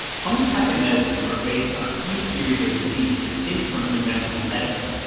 homeopathic medicines are based on a few theories of disease distinct from conventional medicine,